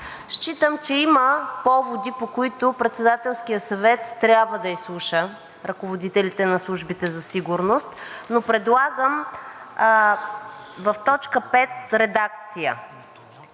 Считам, че има поводи, по които Председателският съвет трябва да изслуша ръководителите на службите за сигурност, но предлагам в т. 5 редакция